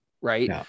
Right